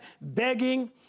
begging